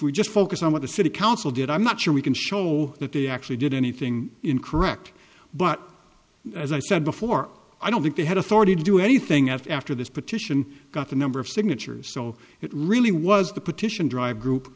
we just focus on what the city council did i'm not sure we can show that they actually did anything incorrect but as i said before i don't think they had authority to do anything after after this petition got a number of signatures so it really was the petition drive